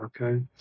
okay